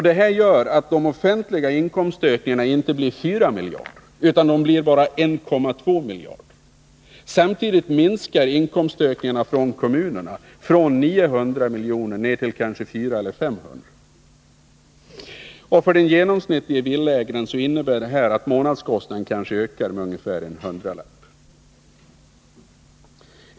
Detta gör att de offentliga inkomstökningarna inte blir 4 miljarder utan bara 1,2 miljarder. Samtidigt minskar inkomstökningarna för kommunerna från 900 miljoner till 400 eller 500 miljoner. För den genomsnittlige villaägaren innebär det att månadskostnaden ökar med ungefär en hundralapp.